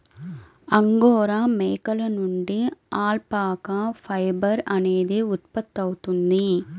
angora మేకల నుండి alpaca fibre అనేది ఉత్పత్తవుతుంది